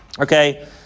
okay